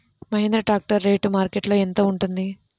Mahindra tractor rate మార్కెట్లో యెంత ఉంటుంది?